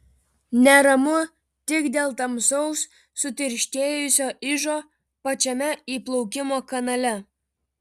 neramu tik dėl tamsaus sutirštėjusio ižo pačiame įplaukimo kanale